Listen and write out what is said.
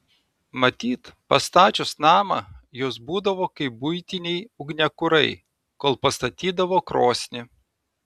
matyt pastačius namą jos būdavo kaip buitiniai ugniakurai kol pastatydavo krosnį